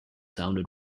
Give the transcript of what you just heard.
sounded